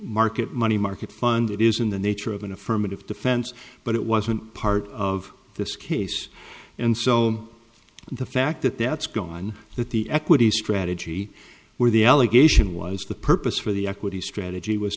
market money market fund it is in the nature of an affirmative defense but it wasn't part of this case and so the fact that that's going on that the equity strategy where the allegation was the purpose for the equity strategy was